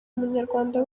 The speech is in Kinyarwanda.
munyarwanda